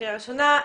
בקריאה ראשונה.